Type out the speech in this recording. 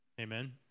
Amen